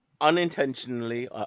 unintentionally